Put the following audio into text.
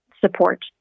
support